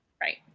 Right